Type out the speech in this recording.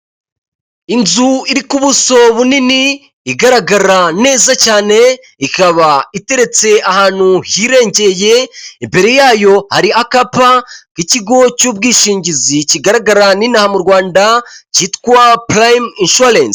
Inzu iri ku buso bunini igaragara neza cyane, ikaba iteretse ahantu hirengeye, imbere yayo hari akapa k'ikigo cy'ubwishingizi kigaragara n'inaha mu Rwanda cyitwa purayime inshuwarensi.